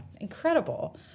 incredible